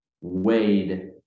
Wade